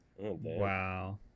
Wow